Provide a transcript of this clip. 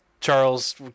Charles